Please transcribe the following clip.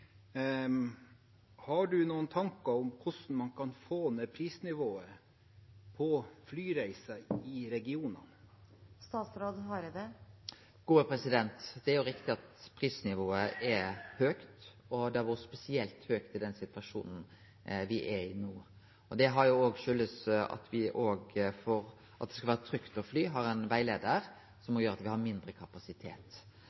Har du noen tanker om hvordan man kan få ned prisnivået på flyreiser i regionene? Det er riktig at prisnivået er høgt, og det har vore spesielt høgt i den situasjonen me er i no. Det kjem også av at me, for at det skal vere trygt å fly, har ein rettleiar som